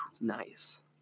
Nice